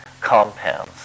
compounds